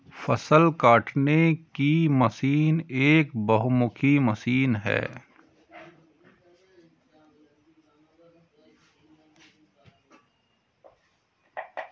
फ़सल काटने की मशीन एक बहुमुखी मशीन है